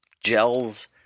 gels